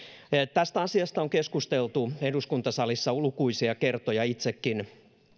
tästä asiasta on keskusteltu eduskuntasalissa lukuisia kertoja itsekin